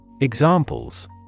Examples